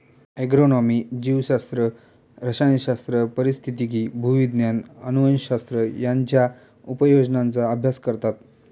agronomy जीवशास्त्र, रसायनशास्त्र, पारिस्थितिकी, भूविज्ञान, अनुवंशशास्त्र यांच्या उपयोजनांचा अभ्यास करतात